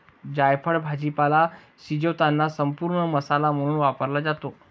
जायफळ भाजीपाला शिजवताना संपूर्ण मसाला म्हणून वापरला जातो